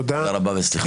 תודה רבה וסליחה.